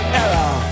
error